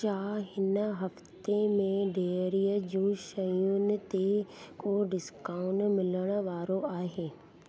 छा हिन हफ़्ते में डेयरी जूं शयूं ते को डिस्काउंट मिलणु वारो आहे